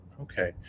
Okay